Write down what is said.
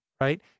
right